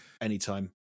anytime